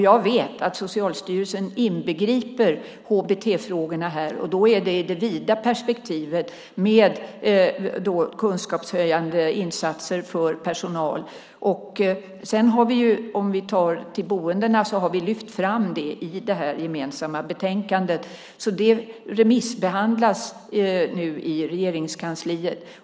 Jag vet att Socialstyrelsen inbegriper HBT-frågorna här, och då är det i det vida perspektivet med kunskapshöjande insatser för personal. Om vi går till boendena har vi lyft fram det i det här gemensamma betänkandet, så det remissbehandlas nu i Regeringskansliet.